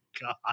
God